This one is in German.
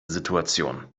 situation